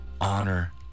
honor